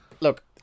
Look